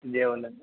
जेवल्यान